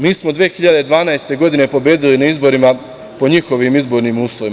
Mi smo 2012. godine pobedili na izborima po njihovim izbornim uslovima.